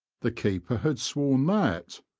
the keeper had sworn that,